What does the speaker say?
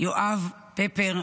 יואב פפר,